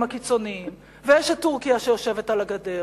הקיצוניים ויש את טורקיה שיושבת על הגדר,